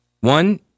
One